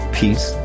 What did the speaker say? peace